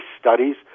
studies